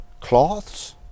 cloths